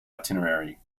itinerary